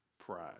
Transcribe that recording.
Pride